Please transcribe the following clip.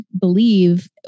believe